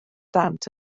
dant